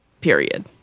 period